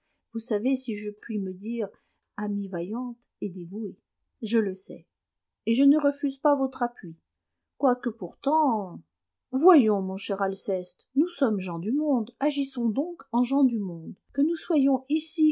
vous savez si je puis me dire amie vaillante et dévouée je le sais et je ne refuse pas votre appui quoique pourtant voyons mon cher alceste nous sommes gens du monde agissons donc en gens du monde que nous soyons ici